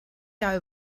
jahr